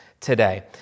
today